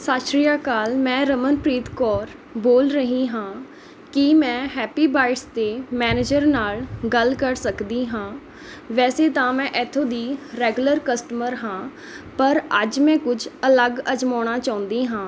ਸਤਿ ਸ਼੍ਰੀ ਅਕਾਲ ਮੈਂ ਰਮਨਪ੍ਰੀਤ ਕੌਰ ਬੋਲ ਰਹੀ ਹਾਂ ਕੀ ਮੈਂ ਹੈਪੀ ਬਾਈਟਸ ਦੇ ਮੈਨੇਜਰ ਨਾਲ਼ ਗੱਲ ਕਰ ਸਕਦੀ ਹਾਂ ਵੈਸੇ ਤਾਂ ਮੈਂ ਇੱਥੋਂ ਦੀ ਰੈਗੂਲਰ ਕਸਟਮਰ ਹਾਂ ਪਰ ਅੱਜ ਮੈਂ ਕੁਝ ਅਲੱਗ ਅਜ਼ਮਾਉਣਾ ਚਾਹੁੰਦੀ ਹਾਂ